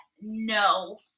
no